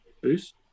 Boost